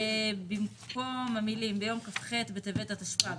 במקום המילים "ביום כ"ח בטבת התשפ"א,